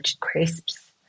crisps